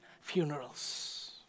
funerals